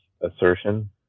assertion